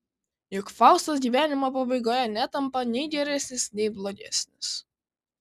juk faustas gyvenimo pabaigoje netampa nei geresnis nei blogesnis